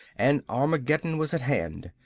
and armageddon was at hand.